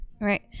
Right